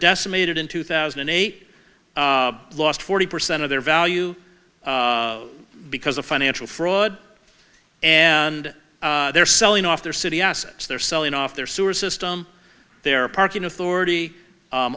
decimated in two thousand and eight lost forty percent of their value because of financial fraud and they're selling off their city assets they're selling off their sewer system their parking authority